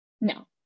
no